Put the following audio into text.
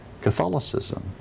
Catholicism